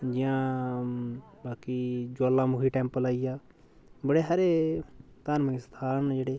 जियां बाकी ज्वालामुखी टैंपल आई गेआ बड़े हारे धार्मिक स्थान न जेह्ड़े